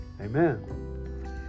Amen